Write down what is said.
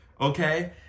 okay